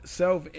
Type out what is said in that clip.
self